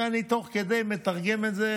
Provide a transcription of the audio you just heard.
תוך כדי אני מתרגם את זה.